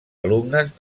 alumnes